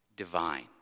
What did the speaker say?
Divine